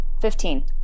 Fifteen